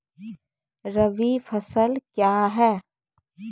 रबी फसल क्या हैं?